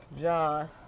John